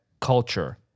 culture